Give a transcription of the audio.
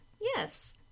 Yes